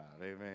Amen